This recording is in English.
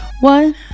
one